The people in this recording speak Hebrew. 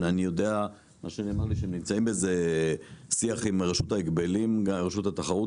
אני יודע שנמצאים בשיח על זה עם רשות החדשנות ורשות התחרות,